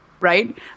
right